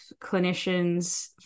clinicians